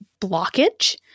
blockage